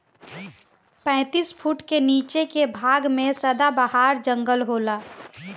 पैतीस फुट के नीचे के भाग में सदाबहार जंगल होला